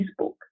Facebook